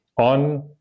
on